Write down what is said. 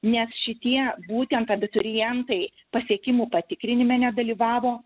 nes šitie būtent abiturientai pasiekimų patikrinime nedalyvavo